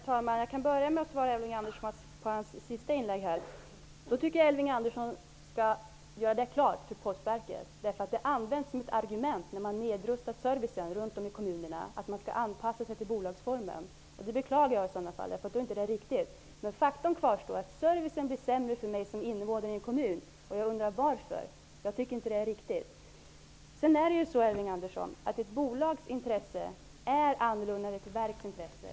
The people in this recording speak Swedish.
Herr talman! Jag kan börja med det sista som sades. Jag tycker att Elving Andersson skall göra klart för Postverket hur det förhåller sig. I samband med nedrustningen av servicen ute i kommunerna utnyttjas nämligen argumentet att man skall anpassa sig till bolagsformen. Jag beklagar om det är så. Men faktum kvarstår att servicen blir sämre för mig som kommuninvånare. Jag undrar varför det skall vara så, för jag tycker inte att det är riktigt. Ett bolags intressen är annorlunda om man jämför med ett verks intressen.